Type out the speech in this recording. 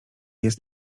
jest